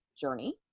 journey